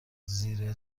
زیره